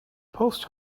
post